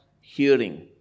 hearing